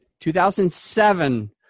2007